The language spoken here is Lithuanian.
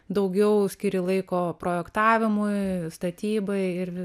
daugiau skiri laiko projektavimui statybai ir